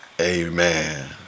Amen